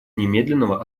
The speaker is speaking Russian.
немедленного